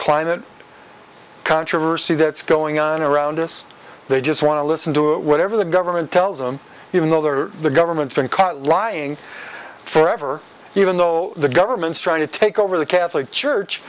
climate controversy that's going on around us they just want to listen to it whatever the government tells them even though they are the government's been caught lying forever even though the government's trying to take over the catholic church